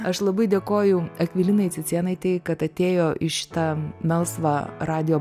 aš labai dėkoju akvilinai cicėnaitei kad atėjo į šitą melsvą radijo